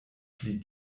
pli